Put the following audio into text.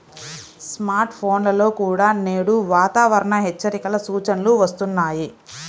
smart ఫోన్లలో కూడా నేడు వాతావరణ హెచ్చరికల సూచనలు వస్తున్నాయి